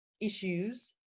issues